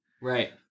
Right